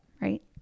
right